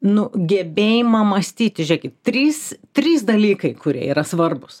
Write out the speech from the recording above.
nu gebėjimą mąstyti žiūrėkit trys trys dalykai kurie yra svarbūs